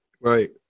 Right